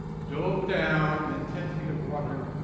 dove down in ten feet of water,